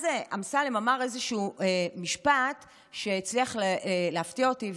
אז אמסלם אמר איזשהו משפט שהצליח להפתיע אותי,